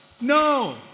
No